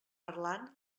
parlant